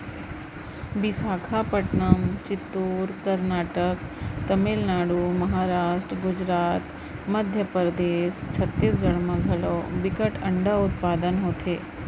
बिसाखापटनम, चित्तूर, करनाटक, तमिलनाडु, महारास्ट, गुजरात, मध्य परदेस, छत्तीसगढ़ म घलौ बिकट अंडा उत्पादन होथे